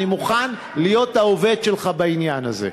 אני מוכן להיות העובד שלך בעניין הזה.